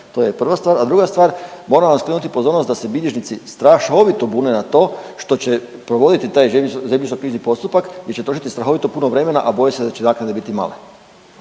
To je prva stvar. A druga stvar, moram vam skrenuti pozornost da se bilježnici strahovito bune na to što će provoditi taj zemljišno-knjižni postupak gdje će trošiti strahovito puno vremena, a boje se da će naknade biti male.